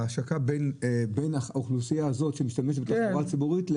השקה בין האוכלוסייה הזאת שמשתמשת בתחבורה ציבורית ל